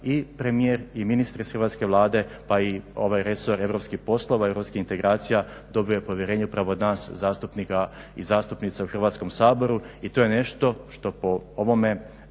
i premijer i ministre iz Hrvatske vlade pa i ovaj resor europskih poslova i europskih integracija dobili su povjerenje upravo od nas zastupnika i zastupnica u Hrvatskom saboru. I to je nešto što po ovome dakle